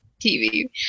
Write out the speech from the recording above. TV